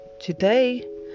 today